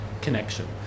connection